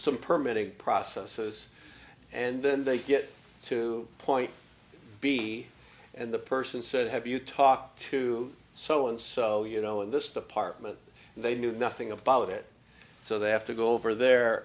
sum per minute processes and then they get to point b and the person said have you talked to so and so you know in this department they knew nothing about it so they have to go over there